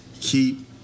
keep